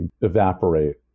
evaporate